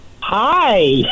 hi